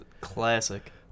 Classic